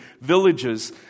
villages